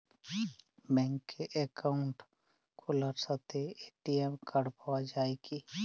ব্যাঙ্কে অ্যাকাউন্ট খোলার সাথেই এ.টি.এম কার্ড পাওয়া যায় কি?